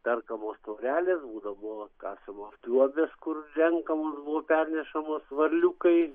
perkamos taurelės būdavo kasamos duobės kur renkamos buvo pernešamos varliukai